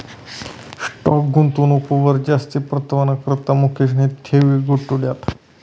stock गुंतवणूकवर जास्ती परतावाना करता मुकेशनी त्याना ठेवी गुताड्यात